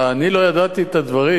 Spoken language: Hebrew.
אני לא ידעתי את הדברים,